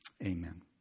Amen